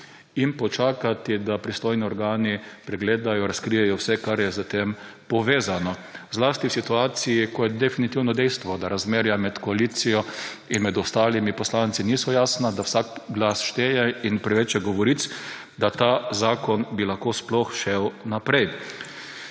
in počakati, da pristojni organi pregledajo, razkrijejo vse, kar je s tem povezano; zlasti v situaciji, ko je definitivno dejstvo, da razmerja med koalicijo in med ostalimi poslanci niso jasna, da vsak glas šteje. In preveč je govoric, da bi ta zakon lahko sploh šel naprej.